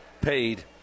paid